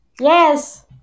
Yes